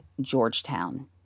Georgetown